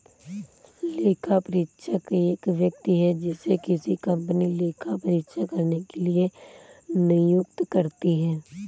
लेखापरीक्षक एक व्यक्ति है जिसे किसी कंपनी लेखा परीक्षा करने के लिए नियुक्त करती है